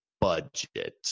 budget